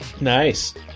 Nice